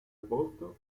agosto